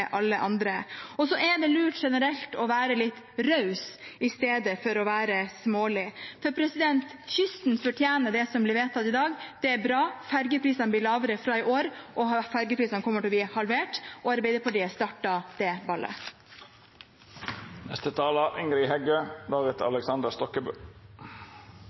alle andre, og så er det generelt lurt å være litt raus i stedet for å være smålig. For kysten fortjener det som blir vedtatt i dag. Det er bra. Fergeprisene blir lavere fra i år. Fergeprisene kommer til å bli halvert, og Arbeiderpartiet startet det